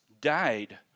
died